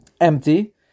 Empty